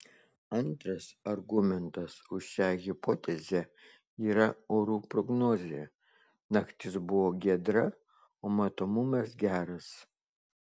antras argumentas už šią hipotezę yra orų prognozė naktis buvo giedra o matomumas geras